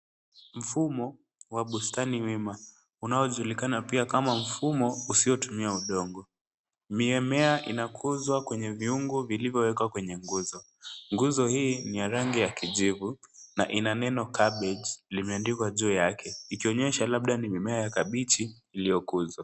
Mfumo wa bustani wima, unaojulikana pia kama mfumo usiotumia udongo. Mimea inakuzwa kwenye vyungu vilivyowekwa kwenye nguzo. Nguzo hii ni ya rangi ya kijivu na ina neno cabbage limeandikwa juu yake, likionyesha labda ni mimea ya kabichi iliyokuzwa.